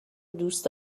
دوست